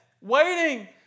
Waiting